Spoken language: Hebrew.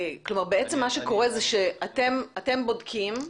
בעצם מה שקורה זה שאתם בודקים,